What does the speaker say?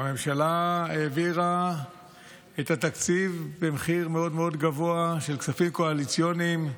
והממשלה העבירה את התקציב במחיר מאוד מאוד גבוה של כספים קואליציוניים,